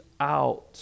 out